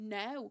no